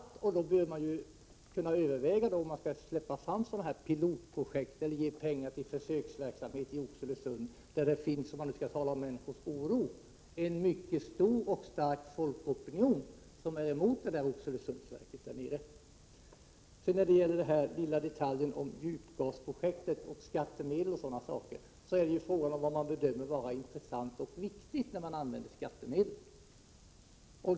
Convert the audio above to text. Och då måste man överväga om man skall släppa fram pilotprojekt eller ge pengar till försöksverksamhet i Oxelösund. Om man skall tala om människors oro finns det nämligen en mycket stor och stark folkopinion som är emot Oxelösundsverket där nere. När det gäller en detalj som djupgasprojektet är det fråga om vad man anser som intressant och viktigt vid användandet av skattemedel.